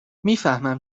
میفهمم